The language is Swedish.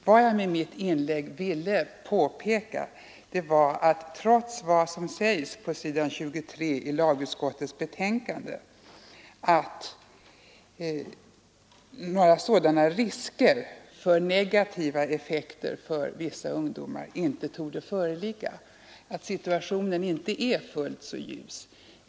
Vad jag med mitt inlägg ville påpeka var att trots vad som sägs på s. 23 i lagutskottets betänkande om att några sådana risker för negativa effekter för vissa ungdomar inte torde föreligga är situationen inte fullt så ljus.